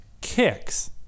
Kicks